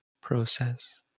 process